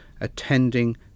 attending